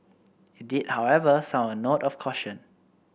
it did however sound a note of caution